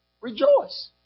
rejoice